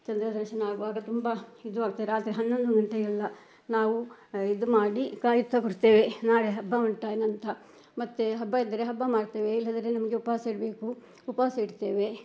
ಚಂದ್ರದರ್ಶನ ಆಗುವಾಗ ತುಂಬ ಇದು ಆಗ್ತ ರಾತ್ರಿ ಹನ್ನೊಂದು ಗಂಟೆಗೆಲ್ಲ ನಾವು ಇದು ಮಾಡಿ ಕಾಯುತ್ತಾ ಕೂರ್ತೇವೆ ನಾಳೆ ಹಬ್ಬ ಉಂಟಾ ನಂತರ ಮತ್ತೆ ಹಬ್ಬ ಇದ್ದರೆ ಹಬ್ಬ ಮಾಡ್ತೇವೆ ಇಲ್ಲದಿದ್ದರೆ ನಮಗೆ ಉಪವಾಸ ಇರಬೇಕು ಉಪವಾಸ ಇಡ್ತೇವೆ